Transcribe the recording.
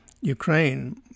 Ukraine